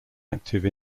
active